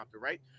right